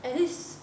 at least